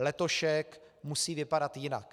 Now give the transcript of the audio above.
Letošek musí vypadat jinak.